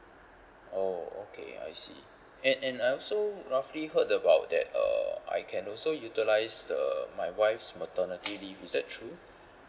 oh okay I see and and I also roughly heard about that uh I can also utilise uh my wife's maternity leave is that true